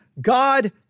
God